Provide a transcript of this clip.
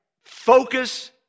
focus